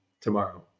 tomorrow